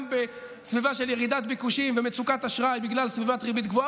בסביבה של ירידת ביקושים ומצוקת אשראי בגלל סביבת ריבית גבוהה.